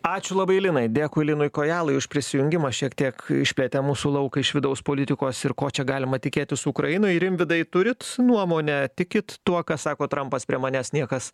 ačiū labai linai dėkui linui kojalai už prisijungimą šiek tiek išplėtė mūsų lauką iš vidaus politikos ir ko čia galima tikėtis ukrainoj rimvydai turit nuomonę tikit tuo ką sako trampas prie manęs niekas